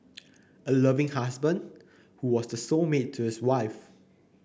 a loving husband who was the soul mate to his wife